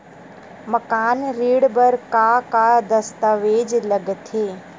मकान ऋण बर का का दस्तावेज लगथे?